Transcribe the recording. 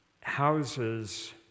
houses